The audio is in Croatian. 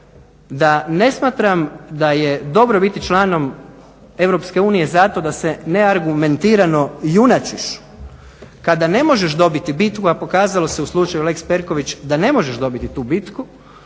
da ne smatram da je dobro biti članom Europske unije zato da se neargumentirano junačiš kada ne možeš dobiti bitku, a pokazalo se u slučaju lex Perković da ne možeš dobiti tu bitku,